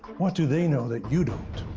what do they know that you don't?